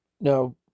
Now